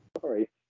Sorry